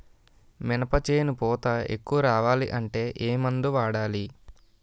మినప చేను పూత ఎక్కువ రావాలి అంటే ఏమందు వాడాలి?